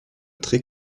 trait